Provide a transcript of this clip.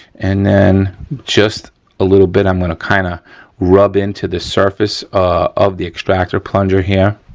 and then just a little bit i'm gonna kind of rub into the surface of the extractor plunger here.